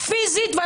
זה